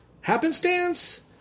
happenstance